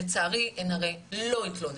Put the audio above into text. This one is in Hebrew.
לצערי הן הרי לא יתלוננו.